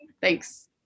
Thanks